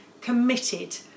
committed